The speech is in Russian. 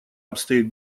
обстоит